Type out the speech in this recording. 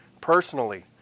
personally